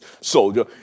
soldier